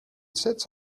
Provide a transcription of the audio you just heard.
sits